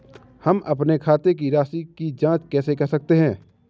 हम अपने खाते की राशि की जाँच कैसे कर सकते हैं?